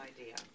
idea